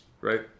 right